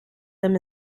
them